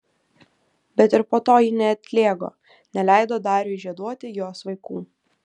bet ir po to ji neatlėgo neleido dariui žieduoti jos vaikų